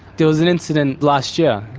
there was an incident last year.